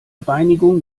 reinigung